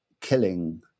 killing